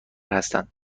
هستند